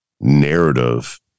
narrative